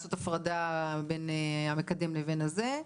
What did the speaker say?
לעשות הפרדה בין המקדם לבין זה.